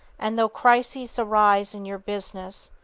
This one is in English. and though crises arise in your business,